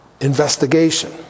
investigation